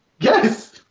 Yes